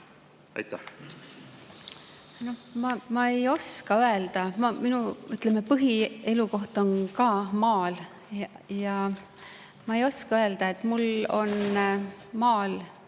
Ma ei oska öelda. Minu põhielukoht on ka maal ja ma ei oska öelda. Mul on maal